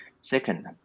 Second